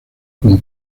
como